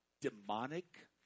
demonic